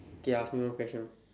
okay ask me one question